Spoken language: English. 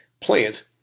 plant